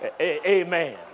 Amen